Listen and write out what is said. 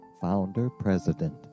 founder-president